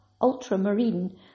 ultramarine